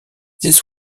this